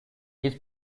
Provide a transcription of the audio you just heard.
his